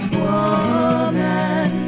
woman